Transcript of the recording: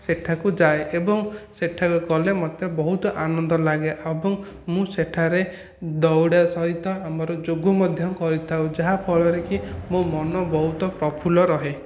ସେଠାକୁ ଯାଏ ଏବଂ ସେଠାକୁ ଗଲେ ମତେ ବହୁତ ଆନନ୍ଦ ଲାଗେ ଏବଂ ମୁଁ ସେଠାରେ ଦୌଡ଼ିବା ସହିତ ଆମର ଯୋଗ ମଧ୍ୟ କରିଥାଉ ଯାହାଫଳରେକି ମୋ ମନ ବହୁତ ପ୍ରଫୁଲ୍ଲ ରହେ